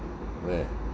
where